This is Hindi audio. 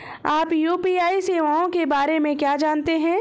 आप यू.पी.आई सेवाओं के बारे में क्या जानते हैं?